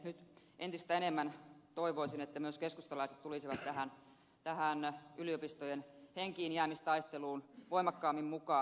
nyt entistä enemmän toivoisin että myös keskustalaiset tulisivat tähän yliopistojen henkiinjäämistaisteluun voimakkaammin mukaan